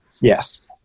Yes